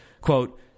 Quote